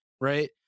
right